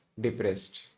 depressed